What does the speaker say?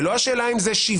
זו לא השאלה אם זה שבעה,